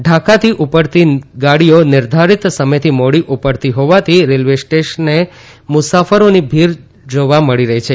ઢાકાથી ઉપડતી ગાડીઓ નિર્ધારિત સમયથી મોડી ઉપડતી હોવાથી રેલવે સ્ટેશને મુસાફોરની ભીડ જાવા મળી રહી છે